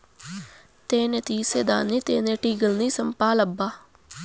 తేని తీసేదానికి తేనెటీగల్ని సంపాలబ్బా